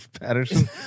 Patterson